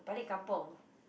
balik-kampung